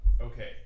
Okay